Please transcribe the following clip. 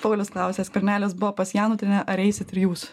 paulius klausė skvernelis buvo pas janutienę ar eisit ir jūs